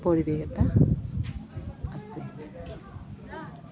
পৰিৱেশ এটা আছে